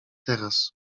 teraz